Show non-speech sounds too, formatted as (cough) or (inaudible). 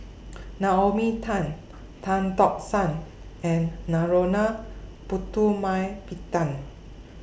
(noise) Naomi Tan Tan Tock San and Narana Putumaippittan